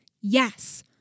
yes